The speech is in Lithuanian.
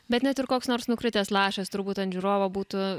bet net ir koks nors nukritęs lašas turbūt ant žiūrovo būtų